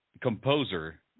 composer